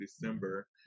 december